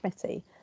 committee